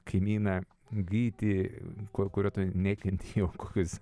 kaimyną gytį kur kurio nieknekenti jau kokius